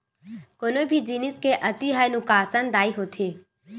कोनो भी जिनिस के अति ह नुकासानदायी होथे